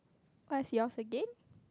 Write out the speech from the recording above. what's yours again